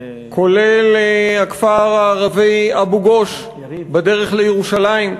כולל הכפר הערבי אבו-גוש בדרך לירושלים,